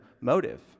motive